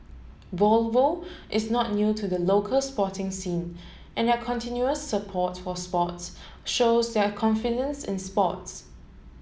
Volvo is not new to the local sporting scene and their continuous support for sports shows their confidence in sports